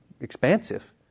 expansive